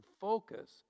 focus